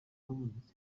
habonetse